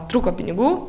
trūko pinigų